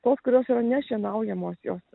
tos kurios yra nešienaujamos jos